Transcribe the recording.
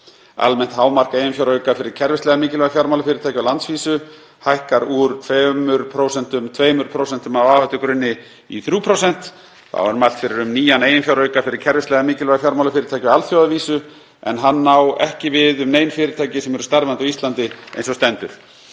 Almennt hámark eiginfjárauka fyrir kerfislega mikilvæg fjármálafyrirtæki á landsvísu hækkar úr 2% af áhættugrunni í 3%. Þá er mælt fyrir um nýjan eiginfjárauka fyrir kerfislega mikilvæg fjármálafyrirtæki á alþjóðavísu, en hann á ekki við um nein fyrirtæki sem eru starfandi á Íslandi eins og stendur.